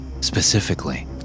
Specifically